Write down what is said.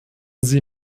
sie